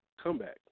comeback